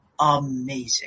amazing